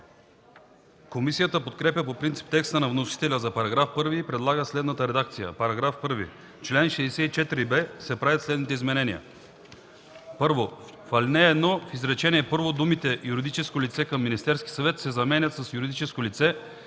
Комисията подкрепя по принцип текста на вносителя за § 1 и предлага следната редакция: „§ 1. В чл. 64б се правят следните изменения: 1. В ал. 1, в изречение първо думите „юридическо лице към Министерския съвет“ се заменят с „юридическо лице